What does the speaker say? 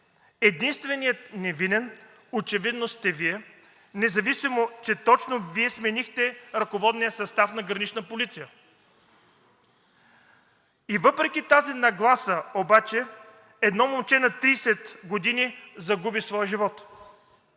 Единственият невинен очевидно сте Вие, независимо че точно Вие сменихте ръководния състав на Гранична полиция. И въпреки тази нагласа обаче едно момче на 30 години загуби своя живот.